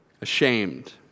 ashamed